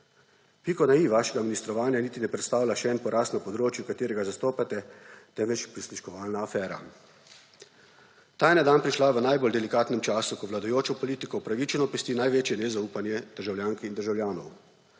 Pike na i vašemu ministrovanju niti ne predstavlja le poraz na področju, ki ga zastopate, temveč prisluškovalna afera. Ta je na dan prišla v najbolj delikatnem času, ko vladajočo politiko upravičeno pesti največje nezaupanje državljank in državljanov.